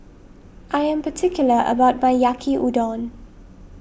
I am particular about my Yaki Udon